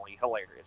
hilarious